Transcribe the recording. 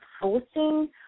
forcing